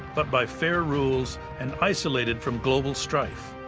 but by fair rules and isolated from global strife.